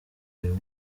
uyu